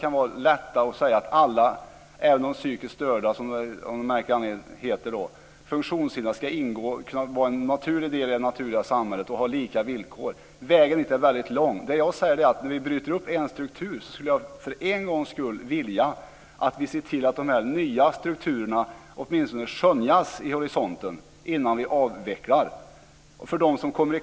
Det är lätt att säga att alla, även de psykiskt störda och funktionshindrade, ska ingå och vara en naturlig del i samhället och ha lika villkor. Men vägen dit är väldigt lång. När vi bryter upp en struktur skulle jag vilja att vi för en gångs skull ser till att de nya strukturerna åtminstone kan skönjas vid horisonten innan vi avvecklar de gamla.